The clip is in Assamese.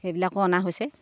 সেইবিলাকো অনা হৈছে